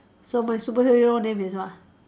so my superhero name is what